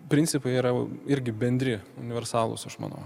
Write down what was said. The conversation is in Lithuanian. principai yra irgi bendri universalūs aš manau